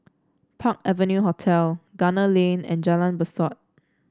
Park Avenue Hotel Gunner Lane and Jalan Besut